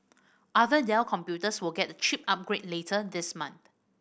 other Dell computers will get the chip upgrade later this month